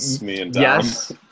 Yes